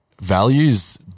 values